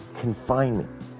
confinement